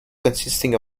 consisting